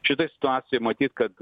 šitoj situacijoj matyt kad